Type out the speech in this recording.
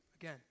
Again